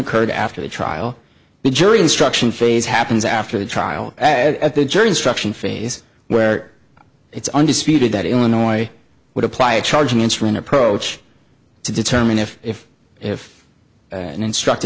occurred after the trial the jury instruction phase happens after the trial at the jury instruction phase where it's undisputed that illinois would apply a charging instrument approach to determine if if if and instruct